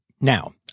Now